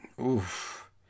Oof